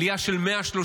עלייה של 130%